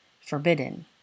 Forbidden